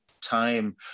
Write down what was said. time